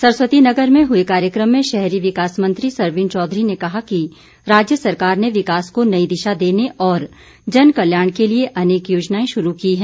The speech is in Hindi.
सरस्वती नगर में हुए कार्यक्रम में शहरी विकास मंत्री सरवीण चौधरी ने कहा कि राज्य सरकार ने विकास को नई दिशा देने और जन कल्याण के लिए अनेक योजनाएं शुरू की हैं